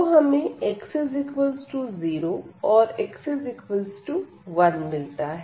तो हमें x0और x1 मिलता है